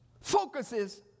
focuses